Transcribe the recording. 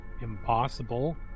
impossible